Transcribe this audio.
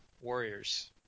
Warriors